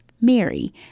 Mary